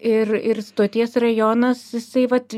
ir ir stoties rajonas jisai vat